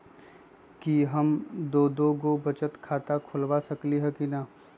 कि हम दो दो गो बचत खाता खोलबा सकली ह की न?